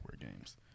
games